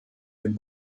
dem